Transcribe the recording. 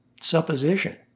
supposition